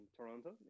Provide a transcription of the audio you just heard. Toronto